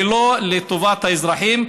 ולא לטובת האזרחים.